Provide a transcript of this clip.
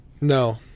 No